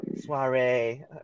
Soiree